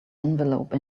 envelope